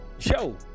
show